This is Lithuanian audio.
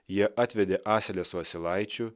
jie atvedė asilę su asilaičiu